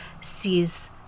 sees